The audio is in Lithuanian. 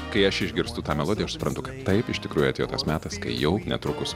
kai aš išgirstu tą melodiją aš suprantu kad taip iš tikrųjų atėjo tas metas kai jau netrukus